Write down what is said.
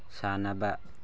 ꯁꯥꯟꯅꯕ